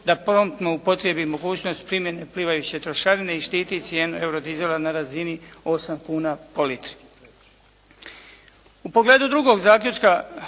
da promptno upotrijebi mogućnost primjene plivajuće trošarine i štiti cijenu eurodizela na razini 8 kuna po litri.